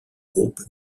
groupe